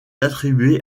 attribuée